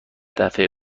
دفعه